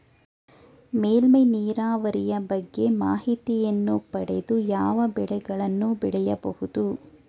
ಮೇಲ್ಮೈ ನೀರಾವರಿಯ ಬಗ್ಗೆ ಮಾಹಿತಿಯನ್ನು ಪಡೆದು ಯಾವ ಬೆಳೆಗಳನ್ನು ಬೆಳೆಯಬಹುದು?